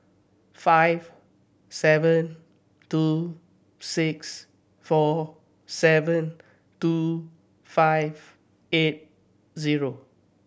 five seven two six four seven two five eight zero